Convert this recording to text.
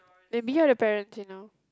we were behind the parents you know